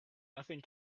nothing